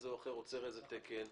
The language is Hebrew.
קנסות על מכולות או עושים פיקוח אפקטיבי.